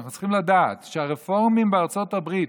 אנחנו צריכים לדעת שהרפורמים בארצות הברית,